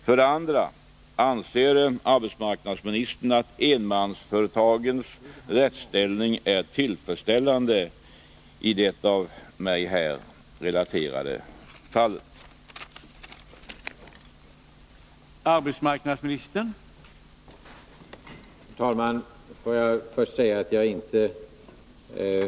För det andra: Anser arbetsmarknadsministern att enmansföretagets rättsställning är tillfredsställande i det av mig här relaterade fallet?